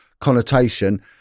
connotation